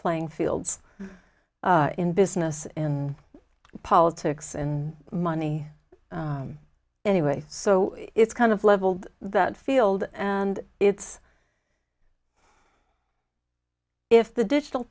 playing fields in business and politics and money anyway so it's kind of leveled that field and it's if the digital